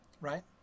right